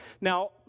Now